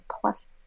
plus